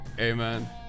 Amen